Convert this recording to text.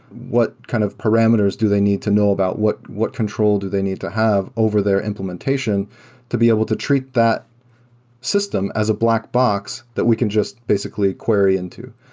what kind of parameters do they need to know about what what control do they need to have over their implementation to be able to treat that system as a black box that we can just basically query into?